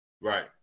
Right